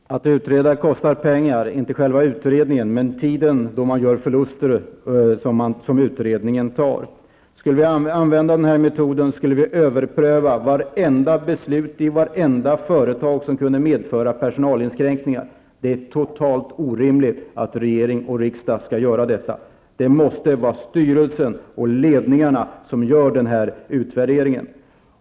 Fru talman! Att utreda kostar pengar, inte själva utredningen men tiden som utredningen tar då man gör förluster. Om vi skulle använda den metoden skulle vi överpröva varje beslut i varje företag som skulle medföra personalinskränkningar. Det är totalt orimligt att regering och riksdag skall göra detta. Det måste vara styrelser och ledningar som gör den här utvärderingen.